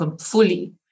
fully